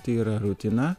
tai yra rutina